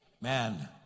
Man